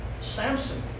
Samson